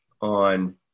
on